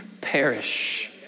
perish